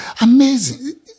Amazing